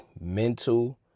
mental